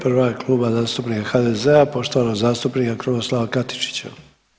Prva je Kluba zastupnika HDZ-a poštovanog zastupnika Krunoslava Katičića.